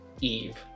Eve